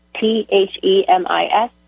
T-H-E-M-I-S